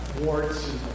warts